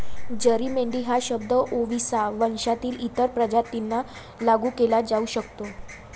जरी मेंढी हा शब्द ओविसा वंशातील इतर प्रजातींना लागू केला जाऊ शकतो